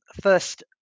First